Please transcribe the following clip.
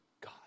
God